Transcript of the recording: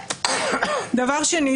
דבר שני,